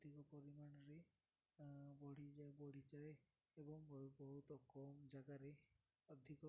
ଅଧିକ ପରିମାଣରେ ବଢ଼ି ବଢ଼ିଯାଏ ଏବଂ ବ ବହୁତ କମ୍ ଜାଗାରେ ଅଧିକ